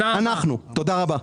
תודה רבה.